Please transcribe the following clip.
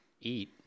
eat